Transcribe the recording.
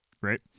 Right